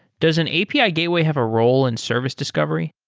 does an api gateway have a role in service discovery?